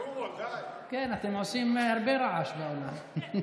עושים הרבה רעש באולם.